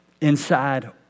inside